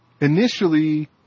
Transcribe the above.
initially